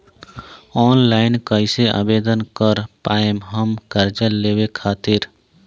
Online कइसे आवेदन कर पाएम हम कर्जा लेवे खातिर?